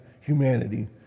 humanity